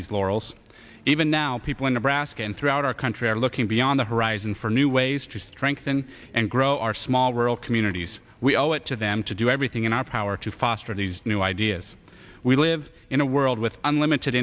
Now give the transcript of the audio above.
these laurels even now people in nebraska and throughout our country are looking beyond the horizon for new ways to strengthen and grow our small rural communities we owe it to them to do everything in our power to foster these new ideas we live in a world with unlimited